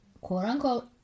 quote-unquote